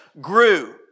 grew